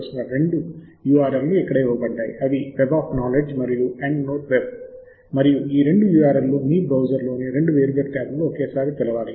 అదే roaming login ద్వారా అయితే మీరు లాగిన్ అవ్వడానికి యూజర్ పేరు మరియు పాస్వర్డ్ ని పొందాలి